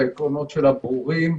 העקרונות שלה ברורים.